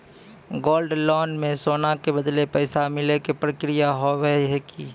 Gold loan मे सोना के बदले पैसा मिले के प्रक्रिया हाव है की?